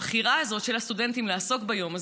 הבחירה הזאת של הסטודנטים לעסוק ביום הזה,